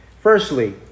Firstly